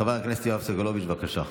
חבר הכנסת יואב סגלוביץ', בבקשה.